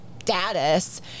status